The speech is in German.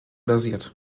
basiert